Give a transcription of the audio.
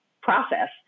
process